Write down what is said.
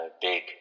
big